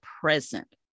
present